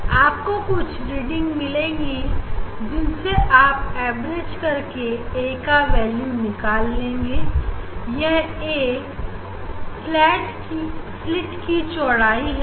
आपको कुछ रीडिंग्स मिलेंगी जिनसे आप एवरेज करके a का वैल्यू निकाल लेंगे यह a फ्लैट की चौड़ाई है